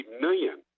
million